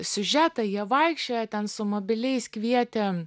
siužetą jie vaikščiojo ten su mobiliais kvietė